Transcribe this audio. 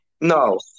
No